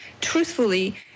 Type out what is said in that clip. truthfully